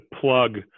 plug